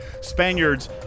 Spaniards